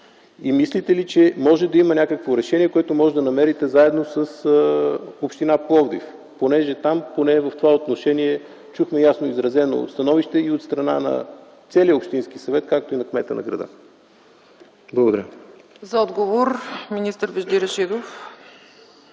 Мислите ли, че може да има някакво решение, което можете да намерите заедно с община Пловдив? Там поне в това отношение чухме ясно изразено становище от страна на целия общински съвет, както и на кмета на града. Благодаря. ПРЕДСЕДАТЕЛ ЦЕЦКА ЦАЧЕВА: За отговор – министър Вежди Рашидов.